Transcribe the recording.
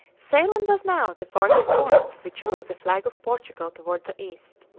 ceylon was now the farthest point which flew the flag of portugal toward the east.